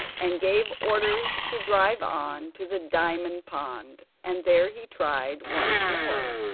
and gave orders to drive on to the diamond pond, and there he tried once more.